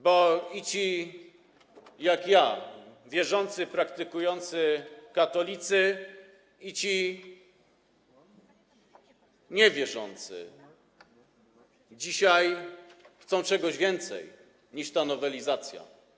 Bo i ci jak ja, wierzący, praktykujący katolicy, i ci niewierzący chcą dzisiaj czegoś więcej niż ta nowelizacja.